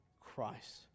Christ